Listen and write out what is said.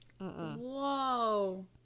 Whoa